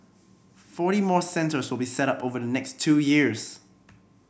forty more centres will be set up over the next two years